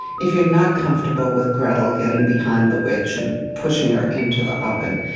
if you're not comfortable with gretel getting behind the witch and pushing her into the oven,